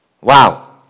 Wow